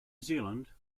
zealand